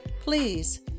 Please